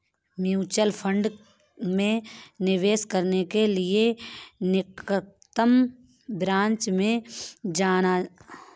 mutual fund में निवेश करने के लिए निकटतम ब्रांच में जाना